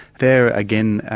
they are, again,